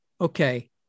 okay